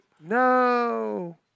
No